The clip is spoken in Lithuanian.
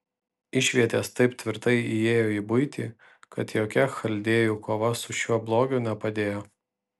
išvietės taip tvirtai įėjo į buitį kad jokia chaldėjų kova su šiuo blogiu nepadėjo